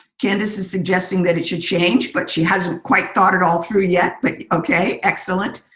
candice is suggesting that it should change but she hasn't quite thought at all through yet, but ok, excellent.